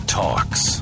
talks